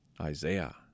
Isaiah